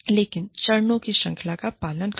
लेकिन चरणों की श्रृंखला का पालन करें